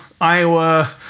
Iowa